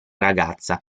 ragazza